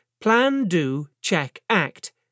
Plan-Do-Check-Act